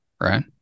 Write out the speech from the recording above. right